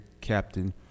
Captain